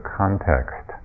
context